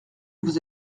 vous